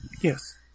Yes